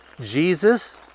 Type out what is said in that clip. Jesus